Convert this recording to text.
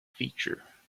feature